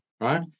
Right